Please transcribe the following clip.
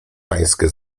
pańskie